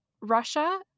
Russia